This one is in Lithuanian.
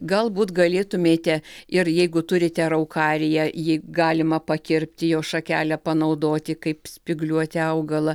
galbūt galėtumėte ir jeigu turite araukariją ji galima pakirpti jos šakelę panaudoti kaip spygliuotį augalą